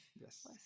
Yes